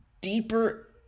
deeper